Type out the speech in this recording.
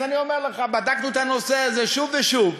אז אני אומר לך: בדקנו את הנושא הזה שוב ושוב.